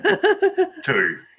two